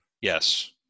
Yes